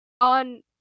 on